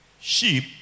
sheep